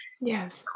Yes